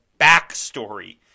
backstory